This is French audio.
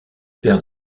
père